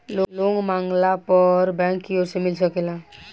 loan मांगला पर bank कियोर से मिल सकेला